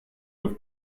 have